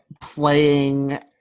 Playing